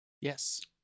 Yes